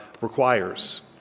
requires